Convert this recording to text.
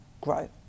grow